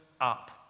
up